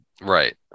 Right